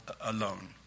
alone